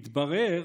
מתברר